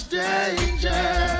danger